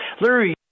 Larry